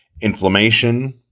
inflammation